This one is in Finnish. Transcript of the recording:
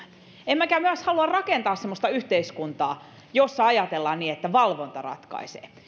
emmekä myöskään halua rakentaa semmoista yhteiskuntaa jossa ajatellaan niin että valvonta ratkaisee